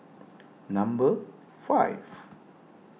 number five